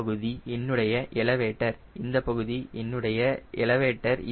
இந்தப் பகுதி என்னுடைய எலவேட்டர் இந்தப் பகுதி என்னுடைய எலவேட்டர்